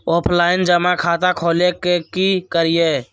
Offline जमा खाता खोले ले की करिए?